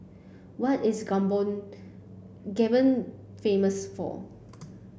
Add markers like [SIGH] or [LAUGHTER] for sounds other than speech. what is [UNINTELLIGIBLE] Gabon famous for